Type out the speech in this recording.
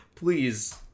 Please